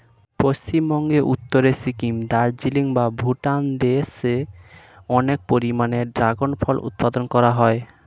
পশ্চিমবঙ্গের উত্তরে সিকিম, দার্জিলিং বা ভুটান দেশে অনেক পরিমাণে ড্রাগন ফল উৎপাদন করা হয়